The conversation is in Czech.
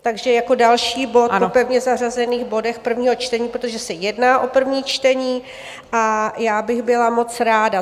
Takže jako další bod po pevně zařazených bodech prvního čtení, protože se jedná o první čtení, a já bych byla moc ráda.